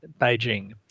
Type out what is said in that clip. Beijing